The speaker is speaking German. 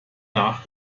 nach